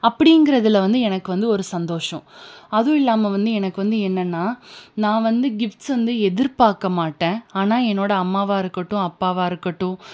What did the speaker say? அப்டிங்கிறதுல வந்து எனக்கு வந்து ஒரு சந்தோஷம் அதுவும் இல்லாமல் வந்து எனக்கு வந்து என்னன்னா நான் வந்து கிஃப்ட்ஸ் வந்து எதிர்பாக்க மாட்டேன் ஆனால் என்னோட அம்மாவாக இருக்கட்டும் அப்பாவாக இருக்கட்டும்